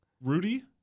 rudy